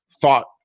thought